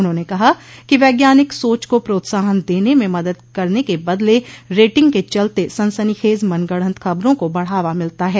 उन्होंने कहा कि वैज्ञानिक सोच को प्रोत्साहन देने में मदद करने के बदले रेटिंग के चलते सनसनीखेज मनगढंत खबरों को बढ़ावा मिलता है